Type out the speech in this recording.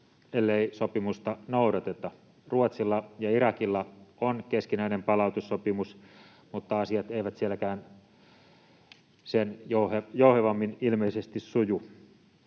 ellei sopimusta noudateta. Ruotsilla ja Irakilla on keskinäinen palautussopimus, mutta asiat eivät sielläkään sen jouhevammin ilmeisesti suju.